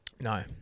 No